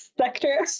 sector